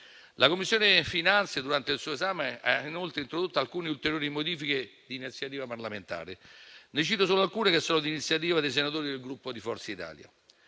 La Commissione finanze, durante il suo esame, ha inoltre introdotto ulteriori modifiche di iniziativa parlamentare: ne cito solo alcune d’iniziativa dei senatori del Gruppo di Forza Italia.